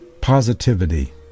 positivity